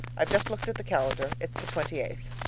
i've just looked at the calendar. it's the twenty eighth.